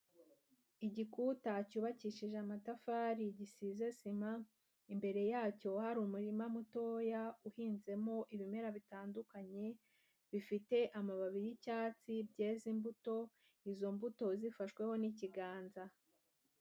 Igikuta cyubakishije amatafari gisize sima, imbere yacyo hari umurima mutoya uhinzemo ibimera bitandukanye, bifite amababi y'icyatsi byeze imbuto, izo mbuto zifashweho n'ikiganza.